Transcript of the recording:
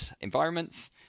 environments